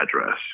address